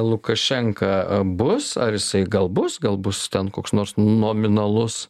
lukašenka bus ar jisai gal bus gal bus ten koks nors nominalus